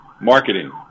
marketing